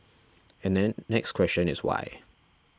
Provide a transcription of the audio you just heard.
and then next question is why